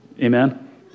Amen